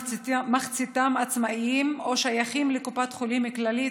מחציתם עצמאיים או שייכים לקופת חולים כללית,